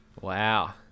wow